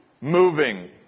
moving